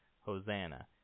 Hosanna